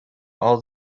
all